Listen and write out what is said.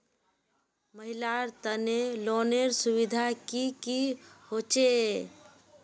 महिलार तने लोनेर सुविधा की की होचे?